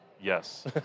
Yes